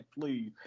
please